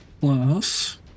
Plus